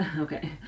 Okay